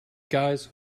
guys